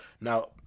Now